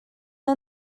mae